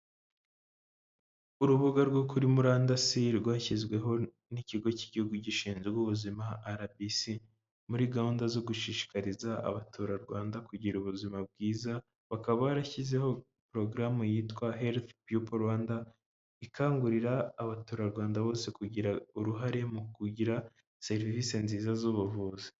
Urubuga rwo kuri murandasi rwashyizweho n'ikigo cy'igihugu gishinzwe ubuzima RBC, muri gahunda zo gushishikariza abaturarwanda kugira ubuzima bwiza, bakaba barashyizeho porogaramu yitwa helifu pipo Rwanda, ikangurira abaturarwanda bose kugira uruhare mu kugira serivisi nziza z'ubuvuzi.